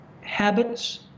habits